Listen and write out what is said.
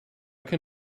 can